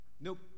Nope